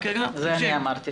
את זה אמרתי,